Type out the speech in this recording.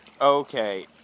Okay